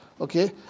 okay